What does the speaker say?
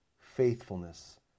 faithfulness